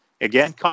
Again